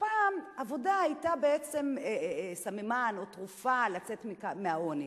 פעם עבודה היתה בעצם סממן, או תרופה לצאת מהעוני.